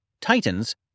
Titans